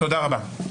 תודה רבה.